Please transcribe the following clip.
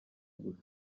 gusa